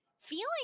feeling